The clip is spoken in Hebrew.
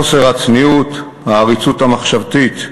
חוסר הצניעות, העריצות המחשבתית.